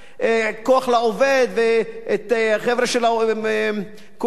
ואת החבר'ה של, איך זה נקרא?